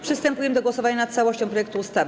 Przystępujemy do głosowania nad całością projektu ustawy.